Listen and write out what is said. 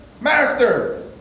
Master